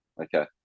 okay